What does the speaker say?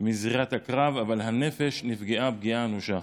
מזירת הקרב, אבל הנפש נפגעה פגיעה אנושה.